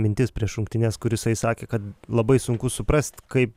mintis prieš rungtynes kur jisai sakė kad labai sunku suprast kaip